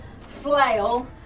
flail